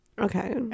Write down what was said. okay